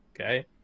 okay